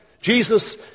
Jesus